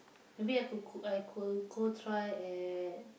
maybe I could I could go try at